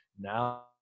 Now